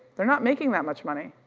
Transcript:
they're not making that much money.